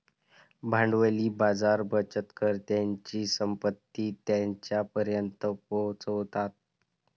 भांडवली बाजार बचतकर्त्यांची संपत्ती त्यांच्यापर्यंत पोहोचवतात